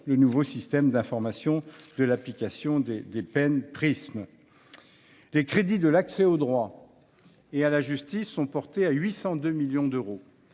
le nouveau système d’information de l’application des peines Prisme. Les crédits de l’accès au droit et à la justice sont portés à 802 millions d’euros